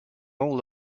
all